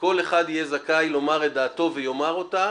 כל אחד יהיה זכאי לומר את דעתו ויאמר אותה